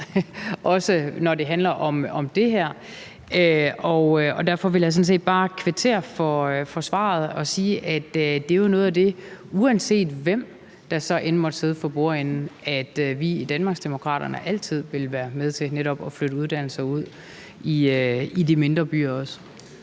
også når det handler om det her. Derfor vil jeg sådan set bare kvittere for svaret og sige, at det jo er noget af det – uanset hvem der så end måtte sidde for bordenden – vi i Danmarksdemokraterne altid vil være med til, altså at flytte uddannelser ud i de mindre byer også.